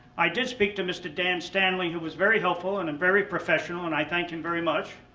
i did speak to mr. dan stanley who was very helpful and and very professional, and i thank him very much.